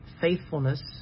faithfulness